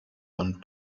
one